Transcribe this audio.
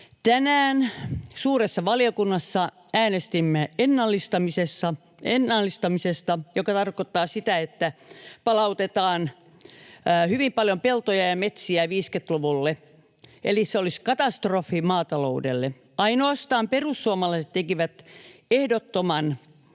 Tänään suuressa valiokunnassa äänestimme ennallistamisesta, joka tarkoittaa sitä, että palautetaan hyvin paljon peltoja ja metsiä 50-luvulle, eli se olisi katastrofi maataloudelle. Ainoastaan perussuomalaiset tekivät ehdottoman